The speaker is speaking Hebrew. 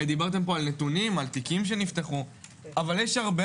דיברתם על נתונים ותיקים שנפתחו אבל יש הרבה